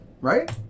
right